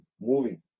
moving